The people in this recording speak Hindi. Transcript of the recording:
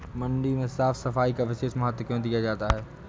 मंडी में साफ सफाई का विशेष महत्व क्यो दिया जाता है?